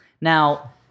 Now